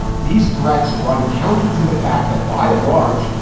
these threats run counter to the fact that by and large,